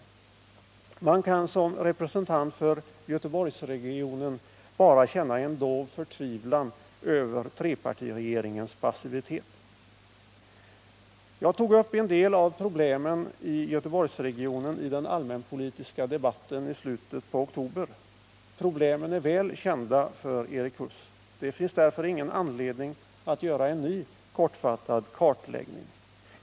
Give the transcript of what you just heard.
Man kan som representant för Göteborgsregionen bara känna en dov förtvivlan över trepartiregeringens passivitet. Jag tog upp en del av problemen i Göteborgsregionen i den allmänpolitiska debatten i slutet av oktober. Problemen är väl kända för Erik Huss. Det finns därför ingen anledning att göra en ny kortfattad kartläggning.